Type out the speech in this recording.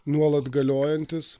nuolat galiojantis